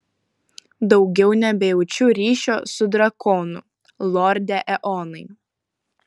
daugiau nebejaučiu ryšio su drakonu lorde eonai